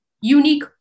unique